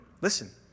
listen